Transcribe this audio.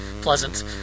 pleasant